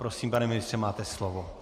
Prosím, pane ministře, máte slovo.